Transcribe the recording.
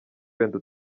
wenda